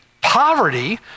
poverty